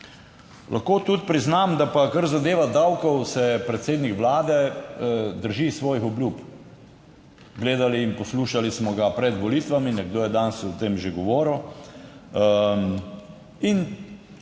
Lahko tudi priznam, da pa kar zadeva davkov se predsednik vlade drži svojih obljub. Gledali in poslušali smo ga pred volitvami, nekdo je danes o tem že govoril.